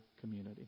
community